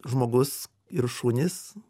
žmogus ir šunys